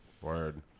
Word